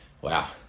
wow